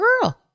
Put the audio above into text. girl